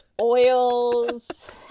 oils